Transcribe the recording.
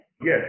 Yes